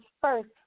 first